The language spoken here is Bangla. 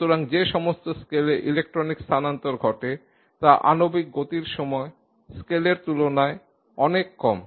সুতরাং যে সময় স্কেলে ইলেকট্রনিক স্থানান্তর ঘটে তা আণবিক গতির সময় স্কেলের তুলনায় অনেক কম